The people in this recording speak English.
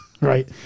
right